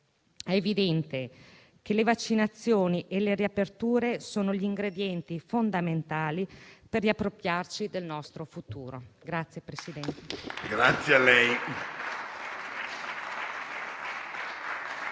È evidente che le vaccinazioni e le riaperture sono gli ingredienti fondamentali per riappropriarsi del nostro futuro. PRESIDENTE.